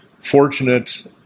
fortunate